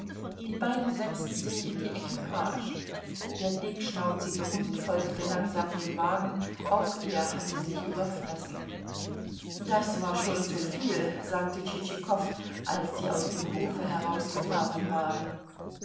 die beiden setzten sich in die equipage der dickschnauzige hund folgte langsam dem wagen auch er hatte sich überfressen das war schon zuviel sagte tschitschikow als sie aus dem hofe herausgefahren waren